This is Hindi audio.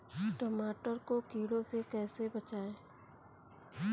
टमाटर को कीड़ों से कैसे बचाएँ?